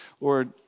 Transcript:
Lord